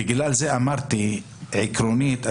בגלל זה אמרתי עקרונית,